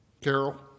Carol